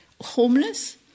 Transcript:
homeless